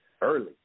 Early